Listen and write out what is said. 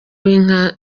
w’inka